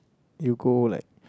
you go like